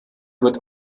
wird